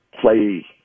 play –